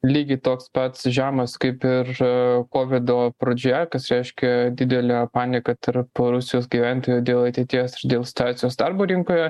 lygiai toks pats žemas kaip ir kovido pradžioje kas reiškia didelę paniką tarp rusijos gyventojų dėl ateities ir dėl situacijos darbo rinkoje